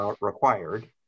required